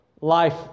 life